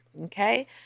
Okay